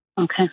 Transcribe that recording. Okay